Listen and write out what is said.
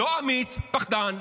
לא אמיץ, פחדן.